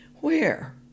Where